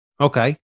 okay